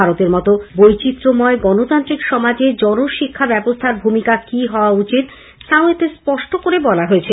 ভারতের মতো বৈচিত্রময় গণতান্ত্রিক সমাজে জনশিক্ষা ব্যবস্থার ভূমিকা কি হওয়া উচিত তাও এতে স্পষ্ট করে বলা হয়েছে